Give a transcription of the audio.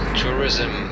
tourism